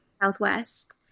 Southwest